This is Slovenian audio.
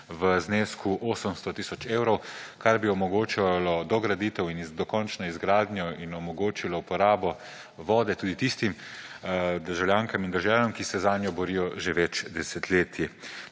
v znesku 800 tisoč evrov, kar bi omogočalo dograditev in dokončno izgradnjo in omogočilo uporabo vode tudi tistim državljankam in državljanom, ki se zanjo borijo že več desetletij.